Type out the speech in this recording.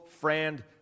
friend